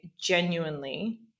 genuinely